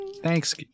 Thanks